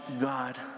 God